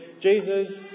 Jesus